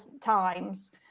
times